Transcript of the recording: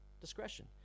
Discretion